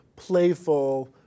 Playful